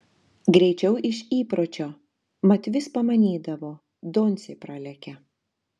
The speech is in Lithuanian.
greičiau iš įpročio mat vis pamanydavo doncė pralekia